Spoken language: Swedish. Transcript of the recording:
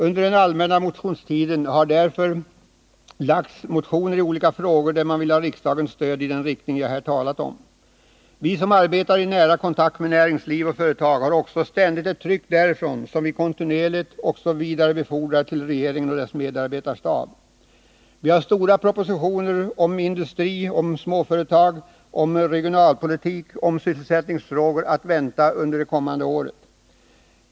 Under den allmänna motionstiden har därför väckts motioner i olika frågor där man vill ha riksdagens stöd i denna riktning. Vi som arbetar i nära kontakt med näringsliv och företag har också ständigt ett tryck därifrån, som vi kontinuerligt vidarebefordrar till regeringen och dess medarbetarstab. Vi har stora propositioner om industri, om småföretag, om regionalpolitik och om sysselsättningsfrågor att vänta under innevarande år.